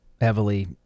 Heavily